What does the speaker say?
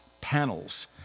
Panels